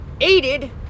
aided